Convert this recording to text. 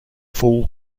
full